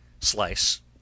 slice